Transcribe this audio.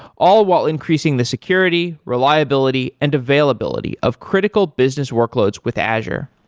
all while increasing the security, reliability and availability of critical business workloads with azure.